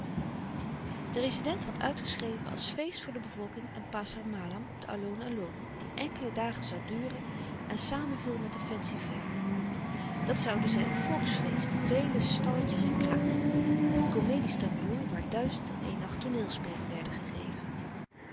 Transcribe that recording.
de rezident had uitgeschreven als feest voor de bevolking en passer malam op de aloon aloon die enkele dagen zoû duren en samen viel met den fancy-fair dat zouden zijn volksfeesten vele stalletjes en kramen de comedie stamboom waar duizend en een nacht tooneelspelen werden gegeven